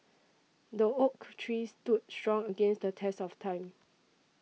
the oak tree stood strong against the test of time